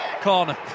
Corner